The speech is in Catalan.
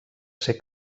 ser